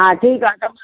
हा ठीक आहे दादा